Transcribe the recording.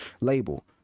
label